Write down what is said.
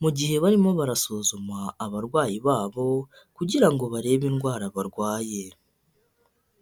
mu gihe barimo barasuzuma abarwayi babo kugira ngo barebe indwara barwaye.